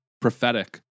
prophetic